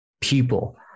people